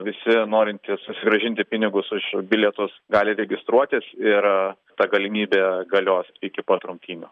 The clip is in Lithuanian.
visi norintys susigrąžinti pinigus už bilietus gali registruotis ir ta galimybė galios iki pat rungtynių